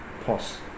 Pause